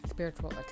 Spiritual